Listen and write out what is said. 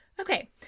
okay